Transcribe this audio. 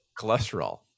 Cholesterol